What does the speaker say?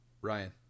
Ryan